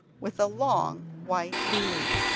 with a long white beard.